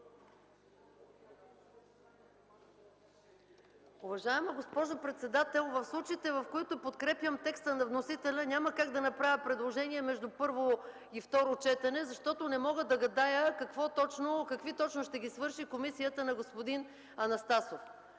Уважаема госпожо председател, в случаите, в които подкрепям текста на вносителя, няма как да направя предложение между първо и второ четене, защото не мога да гадая какви точно ще ги свърши комисията на господин Анастасов.